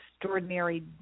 extraordinary